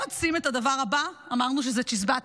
הם מציעים את הדבר הבא, אמרנו שזה צ'יזבט: